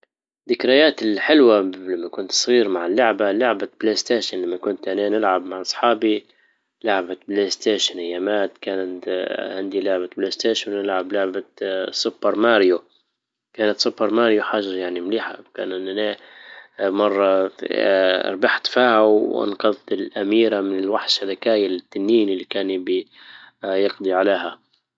ذكرياتي الحلوة لما كنت صغير مع اللعبة لعبة بلايستيشن لما كنت انا نلعب مع اصحابي لعبت بلايستيشن ايامات كانت عندي لعبة بلايستيشن نلعب لعبة سوبر ماريو كانت سوبر ماريو حاجة يعني مليحة كان اننى مرة ربحت فيها وانقذت الاميرة من الوحش كايل التنين اللي كان يقضي عليها